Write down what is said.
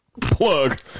Plug